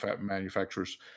manufacturers